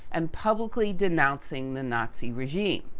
and publicly denouncing the nazi regime.